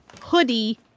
hoodie